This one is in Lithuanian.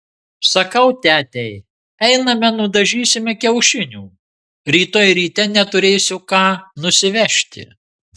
sakau tetei einame nudažysime kiaušinių rytoj ryte neturėsiu ką nusivežti